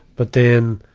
but then,